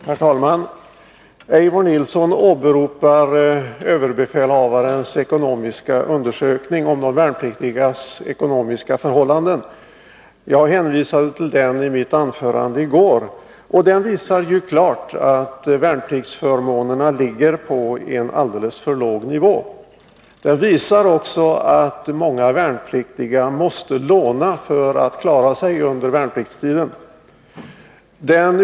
Herr talman! Eivor Nilson åberopade överbefälhavarens undersökning om de värnpliktigas ekonomiska förhållanden. Jag hänvisade till denna i mitt anförande i går. Undersökningen visar klart att värnpliktsförmånerna ligger på en alldeles för låg nivå. Den visar också att många värnpliktiga måste låna för att klara sin ekonomi under värnpliktstiden.